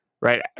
right